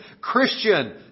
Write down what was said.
Christian